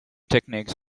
techniques